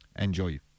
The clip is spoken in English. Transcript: enjoy